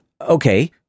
okay